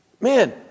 Man